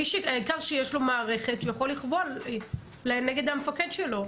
העיקר שיש לו מערכת שהוא יכול לקבול נגד המפקד שלו.